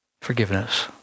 forgiveness